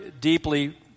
deeply